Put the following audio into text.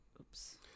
Oops